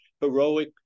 heroic